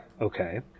Okay